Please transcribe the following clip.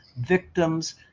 victims